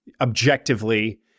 objectively